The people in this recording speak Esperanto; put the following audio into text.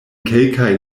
kelkaj